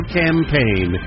campaign